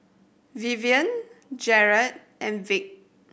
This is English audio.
Vivienne Jarret and Vic